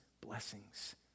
blessings